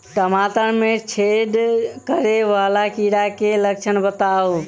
टमाटर मे छेद करै वला कीड़ा केँ लक्षण बताउ?